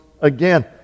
again